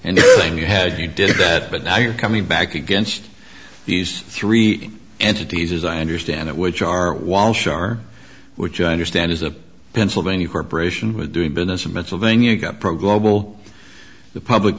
and you had you did that but now you're coming back against these three entities as i understand it which are while sure which i understand is the pennsylvania corporation with doing business in pennsylvania got pro global the public